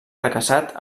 fracassat